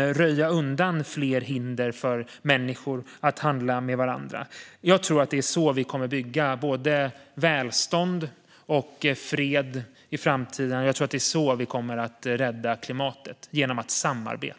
att röja undan fler hinder för människor att handla med varandra. Jag tror att det är så vi kommer att bygga både välstånd och fred i framtiden, och jag tror att det är så vi kommer att rädda klimatet: genom att samarbeta.